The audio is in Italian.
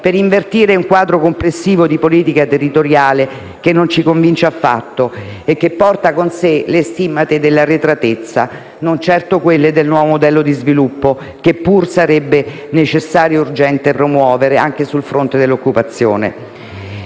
per invertire un quadro complessivo di politica territoriale che non ci convince affatto e che porta con sé le stimmate dell'arretratezza, non certo quelle del nuovo modello di sviluppo che pur sarebbe necessario e urgente promuovere, anche sul fronte dell'occupazione.